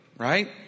Right